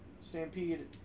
Stampede